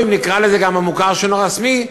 או אם נקרא לזה גם המוכר שאינו רשמי,